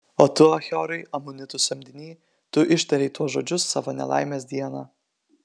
o tu achiorai amonitų samdiny tu ištarei tuos žodžius savo nelaimės dieną